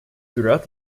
throughout